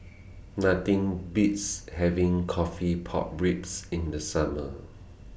Nothing Beats having Coffee Pork Ribs in The Summer